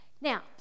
Now